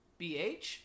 BH